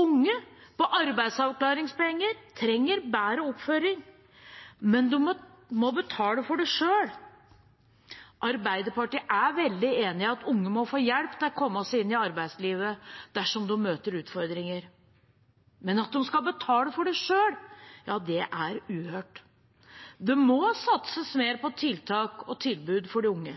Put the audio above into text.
Unge på arbeidsavklaringspenger trenger bedre oppfølging, men de må betale for det selv. Arbeiderpartiet er veldig enig i at unge må få hjelp til å komme seg inn i arbeidslivet dersom de møter utfordringer. Men at de skal betale for det selv, er uhørt. Det må satses mer på tiltak og tilbud for de unge.